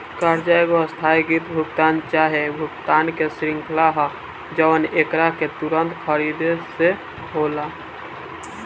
कर्जा एगो आस्थगित भुगतान चाहे भुगतान के श्रृंखला ह जवन एकरा के तुंरत खरीद से होला